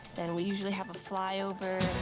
then we usually have a flyover.